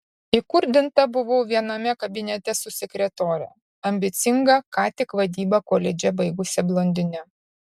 įkurdinta buvau viename kabinete su sekretore ambicinga ką tik vadybą koledže baigusia blondine